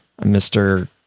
Mr